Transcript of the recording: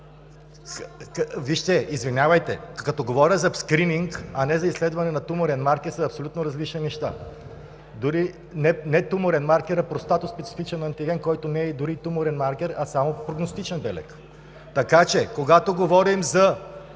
Вижте, извинявайте, говоря за скрининг, а не за изследване на туморен маркер, абсолютно различни неща. Дори не туморен маркер, а простатно-специфичен антиген, който не е дори и туморен маркер, а само прогностичен белег. Така че, когато говорим за